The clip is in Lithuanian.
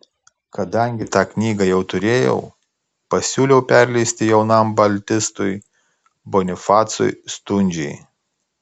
kadangi tą knygą jau turėjau pasiūliau perleisti jaunam baltistui bonifacui stundžiai